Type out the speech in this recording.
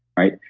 right?